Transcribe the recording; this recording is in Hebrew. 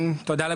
בסדר גמור.